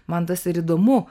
man tas ir įdomu